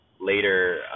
later